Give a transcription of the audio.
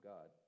God